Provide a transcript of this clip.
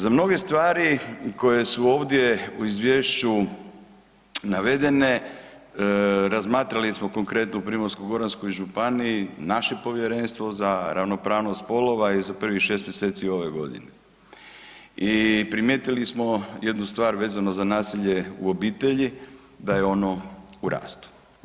Za mnoge stvari koje su ovdje u izvješću navedene razmatrali smo konkretno u Primorsko-goranskoj županiji, naše povjerenstvo za ravnopravnost spolova je za prvih šest mjeseci ove godine i primijetili smo jednu stvar vezano za nasilje u obitelji da je ono u rastu.